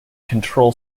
control